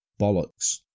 bollocks